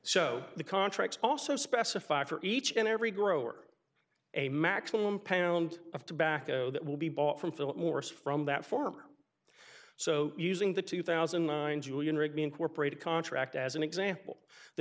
so the contracts also specify for each and every grower a maximum pound of tobacco that will be bought from philip morris from that form so using the two thousand and nine julian rigby incorporated contract as an example the